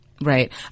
Right